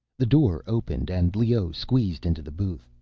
the door opened and leoh squeezed into the booth.